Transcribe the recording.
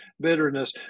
bitterness